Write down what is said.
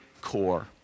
core